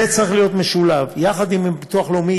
זה צריך להיות משולב: יחד עם הביטוח הלאומי,